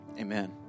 amen